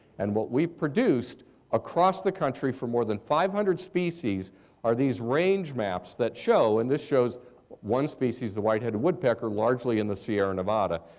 and what we've produced across the country for more than five hundred species are these range maps that show and this shows one species, the white-headed woodpecker largely in the sierra nevada,